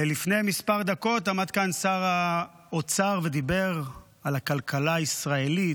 לפני כמה דקות עמד כאן שר האוצר ודיבר על הכלכלה הישראלית,